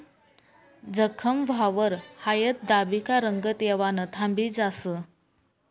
जखम व्हवावर हायद दाबी का रंगत येवानं थांबी जास